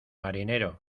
marinero